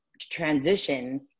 transition